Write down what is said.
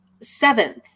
seventh